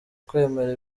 kwemera